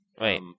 right